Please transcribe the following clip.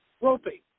roping